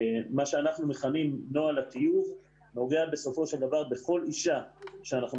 מה שאנחנו מכנים נוהל הטיוב נוגע בסופו של דבר בכל אישה שאנחנו